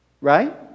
Right